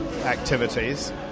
activities